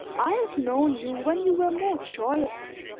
i have known you when you were more joyous,